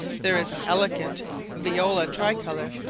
there is an elegant viola tricolor,